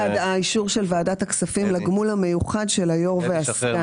האישור של ועדת הכספי לגמור המיוחד של היו"ר והסגן.